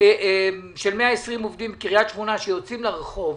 של 120 עובדים בקריית שמונה שיוצאים לרחוב,